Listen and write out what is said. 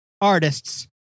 artists